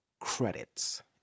Credits